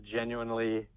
genuinely